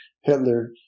Hitler